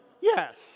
Yes